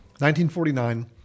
1949